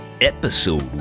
Episode